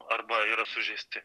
arba yra sužeisti